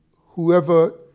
Whoever